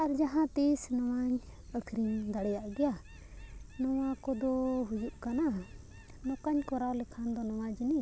ᱟᱨ ᱡᱟᱦᱟᱸ ᱛᱤᱥ ᱱᱚᱣᱟᱧ ᱟᱹᱠᱷᱨᱤᱧ ᱫᱟᱲᱮᱭᱟᱜ ᱜᱮᱭᱟ ᱱᱚᱣᱟ ᱠᱚᱫᱚ ᱦᱩᱭᱩᱜ ᱠᱟᱱᱟ ᱱᱚᱠᱟᱧ ᱠᱚᱨᱟᱣ ᱞᱮᱠᱷᱟᱱ ᱫᱚ ᱱᱚᱣᱟ ᱡᱤᱱᱤᱥ